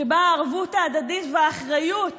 שבה הערבות ההדדית והאחריות